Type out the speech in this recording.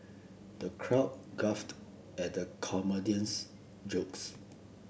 the crowd guffawed at the comedian's jokes